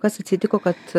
kas atsitiko kad